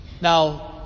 Now